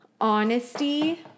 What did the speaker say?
honesty